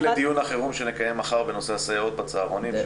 הוא מקביל לדיון החירום שנקיים מחר בנושא הסייעות בצהרונים,